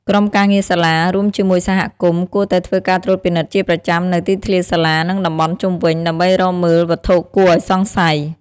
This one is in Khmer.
ក្រុមការងារសាលា រួមជាមួយសហគមន៍ គួរតែធ្វើការត្រួតពិនិត្យជាប្រចាំនូវទីធ្លាសាលា និងតំបន់ជុំវិញ ដើម្បីរកមើលវត្ថុគួរឱ្យសង្ស័យ។